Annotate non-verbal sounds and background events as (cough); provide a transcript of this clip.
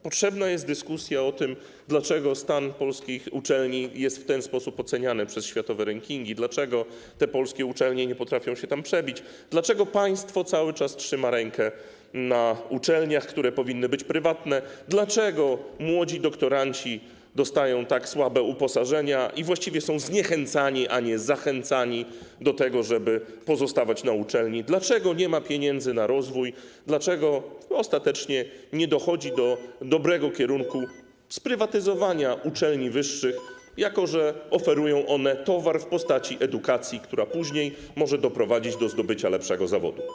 Potrzebna jest dyskusja o tym, dlaczego stan polskich uczelni jest w ten sposób oceniany przez światowe rankingi, dlaczego polskie uczelnie nie potrafią się tam przebić, dlaczego państwo cały czas trzyma rękę na uczelniach, które powinny być prywatne, dlaczego młodzi doktoranci dostają tak słabe uposażenia i właściwie są zniechęcani, a nie zachęcani do tego, żeby pozostawać na uczelni, dlaczego nie ma pieniędzy na rozwój, dlaczego ostatecznie nie dochodzi do (noise) dobrego kierunku sprywatyzowania uczelni wyższych, jako że oferują one towar w postaci edukacji, która później może doprowadzić do zdobycia lepszego zawodu.